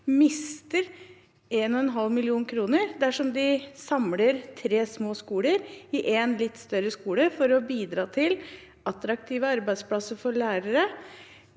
mister 1,5 mill. kr dersom de samler tre små skoler i én litt større skole for å bidra til attraktive arbeidsplasser for lærere